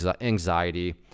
anxiety